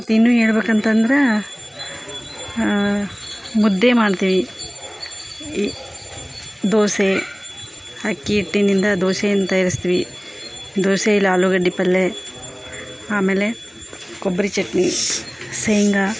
ಮತ್ತು ಇನ್ನು ಹೇಳ್ಬೇಕಂತಂದ್ರ ಮುದ್ದೆ ಮಾಡ್ತೀವಿ ಈ ದೋಸೆ ಅಕ್ಕಿ ಹಿಟ್ಟಿನಿಂದ ದೋಸೆಯನ್ನು ತಯಾರಿಸ್ತೀವಿ ದೋಸೆ ಇಲ್ಲ ಆಲೂಗಡ್ಡೆ ಪಲ್ಲೆ ಆಮೇಲೆ ಕೊಬ್ಬರಿ ಚಟ್ನಿ ಶೇಂಗಾ